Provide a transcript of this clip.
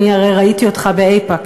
הרי ראיתי אותך באיפא"ק.